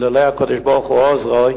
כי אילולא הקדוש-ברוך-הוא עוזרה,